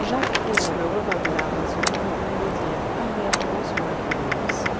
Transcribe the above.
jacques ferrand ne revint à la raison que pour maudire amèrement son imprudence